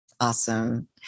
Awesome